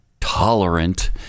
tolerant